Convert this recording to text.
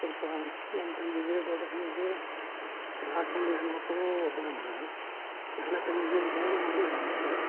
ಸ್ವಲ್ಪ ನನ್ನ ತಂಗಿಗೆ ದೊಡ್ಡ ತಂಗಿಗೆ ನಾಲ್ಕು ಮಂದಿ ಹೆಣ್ಣುಮಕ್ಕಳು ಒಬ್ಬನೇ ಮಗ ಎರಡನೇ ತಂಗಿಗೆ ಮೂರು ಮಂದಿ ಹೆಣ್ಣು ಮಕ್ಕಳೇ